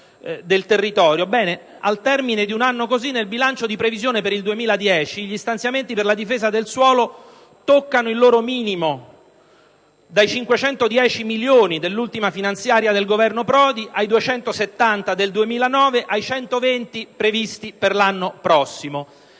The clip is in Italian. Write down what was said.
del territorio. Ebbene, al termine di un anno come questo, nel bilancio di previsione per il 2010 gli stanziamenti per la difesa del suolo toccano il loro minimo: dai 510 milioni dell'ultima finanziaria del Governo Prodi si è passati ai 270 milioni del 2009 e ai 120 milioni previsti per l'anno prossimo.